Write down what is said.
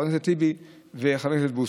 חבר הכנסת טיבי וחבר הכנסת בוסו,